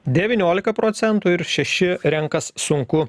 devyniolika procentų ir šeši renkasi sunku